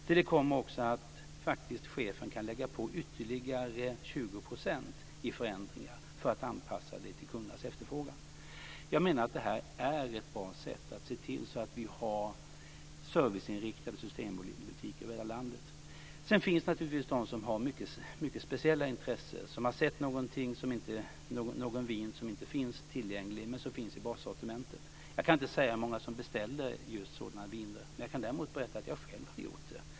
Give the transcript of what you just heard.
Till detta kommer också att chefen kan lägga på ytterligare 20 % i förändringar för att anpassa sortimentet till kundernas efterfrågan. Jag menar att detta är ett bra sätt att se till att vi har serviceinriktade Systembutiker över hela landet. Sedan finns naturligtvis också de som har mycket speciella intressen. Man kan ha sett något vin som inte finns tillgängligt, men som finns i bassortimentet. Jag kan inte säga hur många som beställer just sådana viner, men jag kan däremot berätta att jag själv har gjort det.